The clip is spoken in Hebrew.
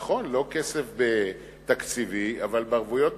נכון, לא כסף תקציבי אבל בערבויות מדינה.